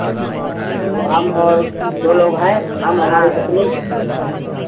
हम और दो लोग हैं हम हमारी पत्नी